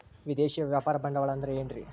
ವಿದೇಶಿಯ ವ್ಯಾಪಾರ ಬಂಡವಾಳ ಅಂದರೆ ಏನ್ರಿ?